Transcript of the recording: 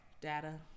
Data